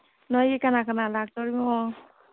ꯅꯣꯏꯒꯤ ꯀꯅꯥ ꯀꯅꯥ ꯂꯥꯛꯇꯣꯔꯤꯅꯣ